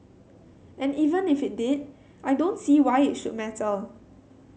and even if it did I don't see why it should matter